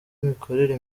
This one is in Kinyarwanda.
imikorere